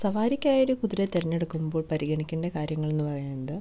സവാരിക്കായി ഒരു കുതിരയെ തെരഞ്ഞെടുക്കുമ്പോൾ പരിഗണിക്കേണ്ട കാര്യങ്ങൾ എന്ന് പറയുന്നത്